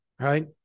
Right